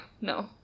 No